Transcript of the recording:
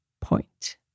point